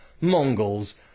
Mongols